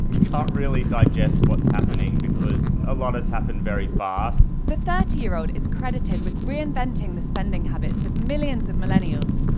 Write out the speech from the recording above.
you can't really digest what's happening because a lot has happened very fast. the thirty year old is credited with reinventing the spending habits of millions of millennials,